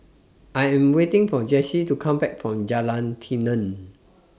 I Am waiting For Jessi to Come Back from Jalan Tenon